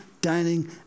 dining